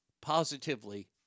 positively